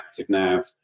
ActiveNav